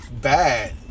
bad